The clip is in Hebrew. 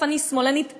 אני שמאלנית גאה,